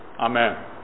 Amen